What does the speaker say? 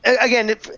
again